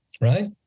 Right